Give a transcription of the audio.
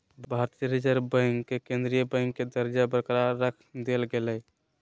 भारतीय reserve bank के केंद्रीय बैंक के दर्जा बरकरार रख देल गेलय